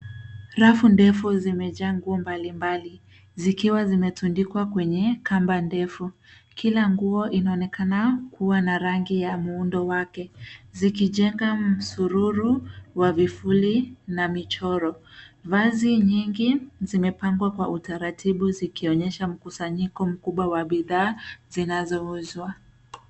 Rafu ndefu zimejaa nguo mbalimbali zikiwa zinatundikwa kwenye kamba ndefu Kila nguo inaonekana kuwa na rangi ya muundo wake; zikijenga msururu wa vifuli na michoro. Vazi nyingi zimepangwa kwa utaratibu zikionyesha mkusanyiko mkubwa wa bidhaa zinazouzwa.